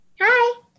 Hi